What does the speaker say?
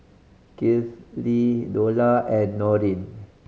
Kifli Dollah and Nurin